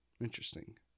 interesting